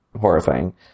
horrifying